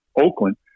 Oakland